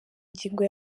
ngingo